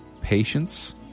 patience